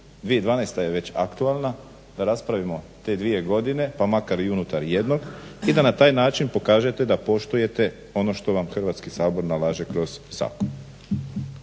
2012. Je aktualna, da raspravimo te dvije godine pa makar i unutar jednog i da na taj način pokažete da poštujete ono što vam Hrvatski sabor nalaže kroz zakon.